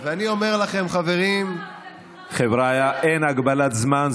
ואני אומר לכם, חברים, חבריא, אין הגבלת זמן.